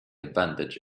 advantage